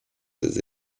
ses